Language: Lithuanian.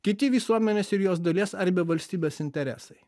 kiti visuomenės ir jos dalies arbe valstybės interesai